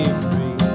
free